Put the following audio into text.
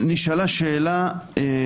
נשאלה שאלה לחוד.